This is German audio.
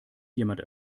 jemand